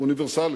זה אוניברסלי,